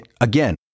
again